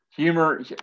Humor